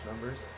numbers